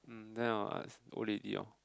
then orh ask old lady orh